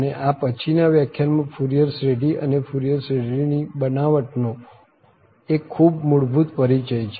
અને આ પછી ના વ્યાખ્યાનમાં ફુરિયર શ્રેઢી અને ફુરિયર શ્રેઢીની બનાવટ નો એક ખુબ મૂળભૂત પરિચય છે